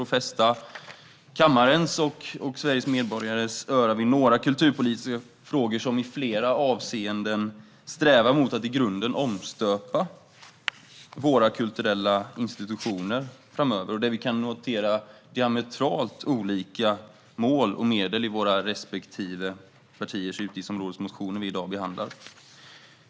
Jag vill fästa kammarens och Sveriges medborgares öra vid några kulturpolitiska frågor som i flera avseenden strävar mot att i grunden omstöpa våra kulturella institutioner framöver. Vi kan där notera diametralt olika mål och medel i respektive partiers motioner för det utgiftsområde som just nu behandlas.